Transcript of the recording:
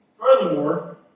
Furthermore